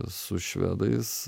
su švedais